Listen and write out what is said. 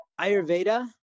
Ayurveda